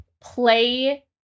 play